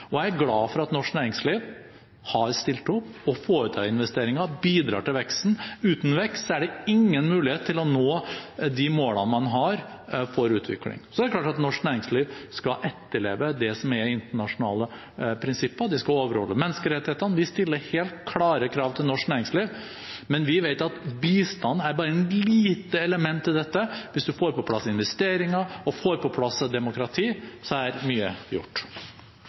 Jeg er glad for at norsk næringsliv har stilt opp og foretar investeringer, bidrar til veksten. Uten vekst er det ingen mulighet til å nå de målene man har for utvikling. Så er det klart at norsk næringsliv skal etterleve det som er internasjonale prinsipper. De skal overholde menneskerettighetene. De stiller helt klare krav til norsk næringsliv. Men vi vet at bistand bare er et lite element i dette. Hvis man får på plass investeringer og får på plass demokrati, er mye gjort.